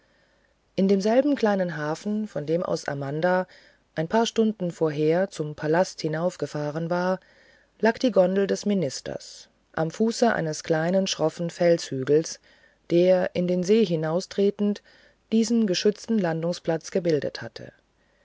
in demselben kleinen hafen von dem aus amanda ein paar stunden vorher zum palast hinübergefahren war lag die gondel des ministers am fuße eines kleinen schroffen felsenhügels der in den see hinaustretend diesen geschützten landungsplatz gebildet hatte